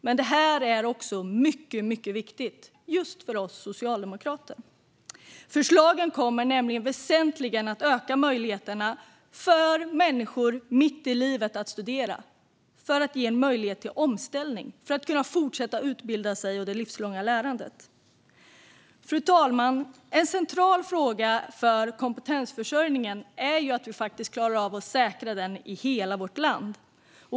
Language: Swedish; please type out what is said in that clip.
Men det är också mycket viktigt för just oss socialdemokrater. Förslagen kommer nämligen att väsentligt öka möjligheterna för människor mitt i livet att studera, ställa om och fortsätta det livslånga lärandet. Fru talman! Det är centralt att vi säkrar kompetensförsörjningen i hela landet.